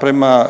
prema